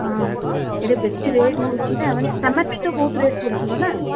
ହଁ ଏଠି ବେଶୀ ରେଟ୍ ହେଉଛି ନା ମାନେ ସାମାନ୍ ଏଠି ବହୁତ ରେଟ୍ ପଡ଼ୁଥିବ ନା